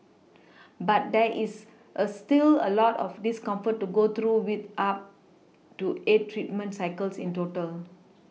but there is a still a lot of discomfort to go through with up to eight treatment cycles in total